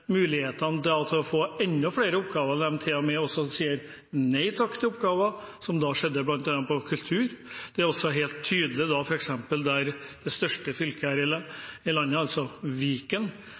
mulighetene til å få enda flere oppgaver, og de sier til og med nei takk til oppgaver, som det som skjedde bl.a. på kultur. Dette er også helt tydelig i det største fylket her i landet, altså Viken,